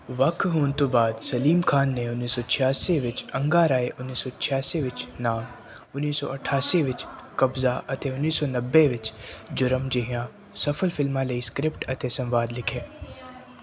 ਵੱਖ ਹੋਣ ਤੋਂ ਬਾਅਦ ਸਲੀਮ ਖਾਨ ਨੇ ਉੱਨੀ ਸੌ ਛਿਆਸੀ ਵਿੱਚ ਅੰਗਾਰਾਏ ਉੱਨੀ ਸੌ ਛਿਆਸੀ ਵਿੱਚ ਨਾਮ ਉੱਨੀ ਸੌ ਅਠਾਸੀ ਵਿੱਚ ਕਬਜ਼ਾ ਅਤੇ ਉੱਨੀ ਸੌ ਨੱਬੇ ਵਿੱਚ ਜੁਰਮ ਜਿਹੀਆਂ ਸਫ਼ਲ ਫਿਲਮਾਂ ਲਈ ਸਕ੍ਰਿਪਟ ਅਤੇ ਸੰਵਾਦ ਲਿਖੇ